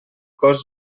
cos